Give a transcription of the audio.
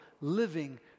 living